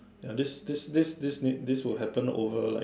ya this this this this this may this will happen over like